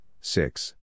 six